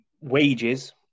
wages